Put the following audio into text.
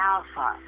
Alpha